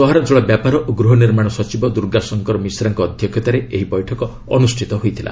ସହରାଞ୍ଚଳ ବ୍ୟାପାର ଓ ଗୃହନିର୍ମାଣ ସଚିବ ଦୁର୍ଗାଶଙ୍କର ମିଶ୍ରାଙ୍କ ଅଧ୍ୟକ୍ଷତାରେ ଏହି ବୈଠକ ଅନୁଷ୍ଠିତ ହୋଇଥିଲା